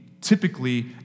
typically